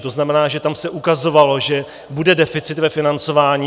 To znamená, že tam se ukazovalo, že bude deficit ve financování.